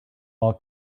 all